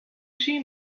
see